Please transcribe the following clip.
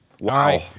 Wow